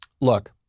look